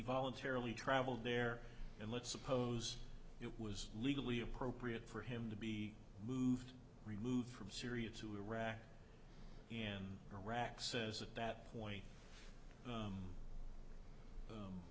voluntarily traveled there and let's suppose it was legally appropriate for him to be moved removed from syria to iraq and iraq says at that point